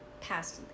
past